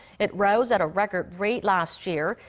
it rose at a record rate last year.